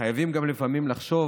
חייבים גם לפעמים לחשוב